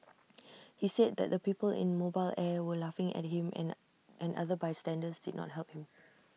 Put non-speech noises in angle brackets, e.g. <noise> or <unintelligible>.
he said that the people in mobile air were laughing at him and <unintelligible> and other bystanders did not help him